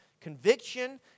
conviction